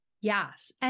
Yes